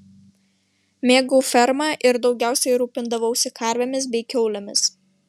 mėgau fermą ir daugiausiai rūpindavausi karvėmis bei kiaulėmis